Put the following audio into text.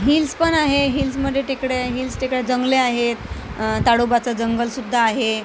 hills पण आहे हिल्समध्ये टेकड्या हिल्स टेक जंगले आहेत ताडोबाचं जंगलसुद्धा आहे